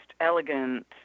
elegant